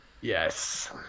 Yes